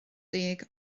deg